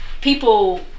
people